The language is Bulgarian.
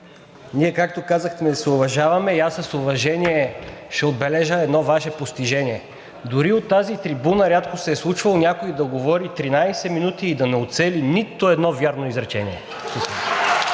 ние, както казахте, се уважаваме и аз с уважение ще отбележа едно Ваше постижение: дори от тази трибуна рядко се е случвало някой да говори 13 минути и да не уцели нито едно вярно изречение.